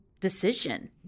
decision